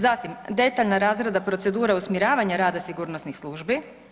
Zatim, detaljna rasprava procedura usmjeravanja rada sigurnosnih službi.